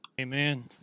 Amen